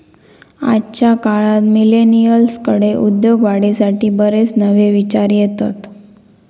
आजच्या काळात मिलेनियल्सकडे उद्योगवाढीसाठी बरेच नवे विचार येतत